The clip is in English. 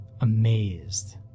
amazed